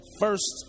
First